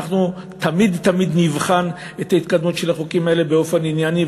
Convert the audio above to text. אנחנו תמיד-תמיד נבחן את ההתקדמות של החוקים האלה באופן ענייני,